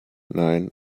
nein